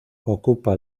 ocupa